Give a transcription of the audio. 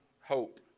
hope